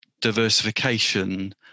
diversification